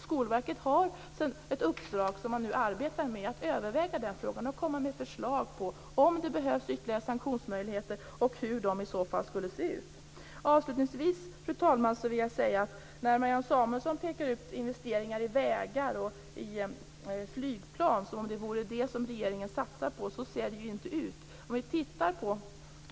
Skolverket har i uppdrag att överväga den frågan och komma med förslag på om det behövs ytterligare sanktionsmöjligheter och hur de i så fall skulle se ut. Fru talman! Marianne Samuelsson pekar ut investeringar i vägar och flygplan som om det vore det som regeringen satsar på, men så ser det inte ut.